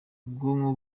ubwonko